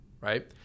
right